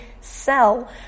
sell